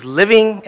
living